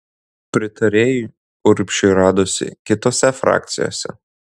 pritarėjų urbšiui radosi kitose frakcijose